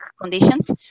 conditions